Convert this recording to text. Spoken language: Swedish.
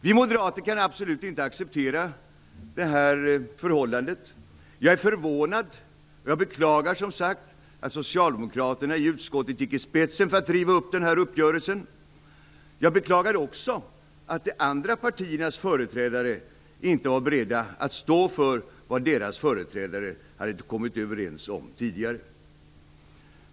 Vi moderater kan absolut inte acceptera detta förhållande. Jag är förvånad över och beklagar som sagt att socialdemokraterna i utskottet gick i spetsen för att riva upp uppgörelsen. Jag beklagar också att de andra partiernas företrädare inte var beredda att stå för vad deras företrädare hade kommit överens om tidigare.